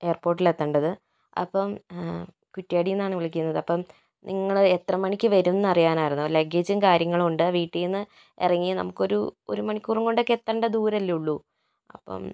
എയർപോട്ടിൽ എത്തേണ്ടത് അപ്പോൾ കുറ്റിയാടിയിൽ നിന്നാണ് വിളിക്കുന്നത് അപ്പോൾ നിങ്ങൾ എത്രമണിക്ക് വരും എന്ന് അറിയാനായിരുന്നു ലഗേജും കാര്യങ്ങളും ഉണ്ട് വീട്ടിൽ നിന്ന് ഇറങ്ങിയാൽ നമുക്കൊരു ഒരു മണിക്കൂറും കൊണ്ടൊക്കെ എത്തേണ്ട ദുരം അല്ലേയുള്ളു അപ്പോൾ